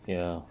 ya